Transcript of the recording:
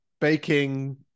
baking